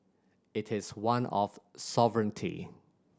it is one of sovereignty